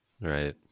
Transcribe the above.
Right